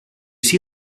see